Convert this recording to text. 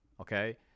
okay